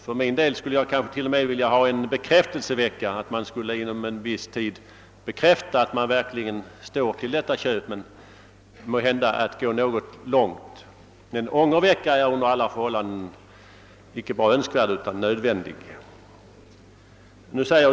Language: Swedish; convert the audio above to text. För min del skulle jag t.o.m. vilja ha en bekräftelsevecka så att man inom viss tid skulle bekräfta att man verkligen vill stå fast vid köpet, men det är måhända att gå något för långt. Men en ångervecka är under alla förhållanden inte bara önskvärd utan även nödvändig.